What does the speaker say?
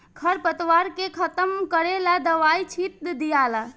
खर पतवार के खत्म करेला दवाई छिट दियाला